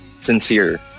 sincere